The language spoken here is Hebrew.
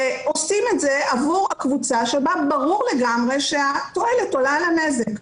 עושים את זה עבור הקבוצה שבה ברור לגמרי שהתועלת עולה על הנזק.